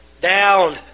down